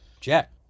Jack